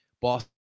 Boston